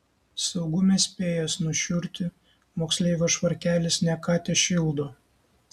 saugume spėjęs nušiurti moksleivio švarkelis ne ką tešildo